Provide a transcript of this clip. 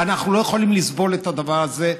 אנחנו לא יכולים לסבול את הדבר הזה,